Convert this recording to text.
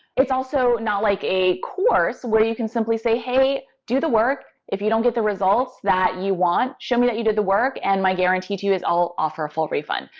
it's also not like a course where you can simply say, hey, do the work. if you don't get the results that you want, show me that you did the work and my guarantee to you is i'll offer a full refund.